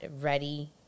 ready